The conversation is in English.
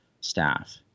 staff